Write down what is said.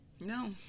no